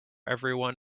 everyone